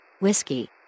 Whiskey